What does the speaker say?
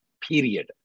period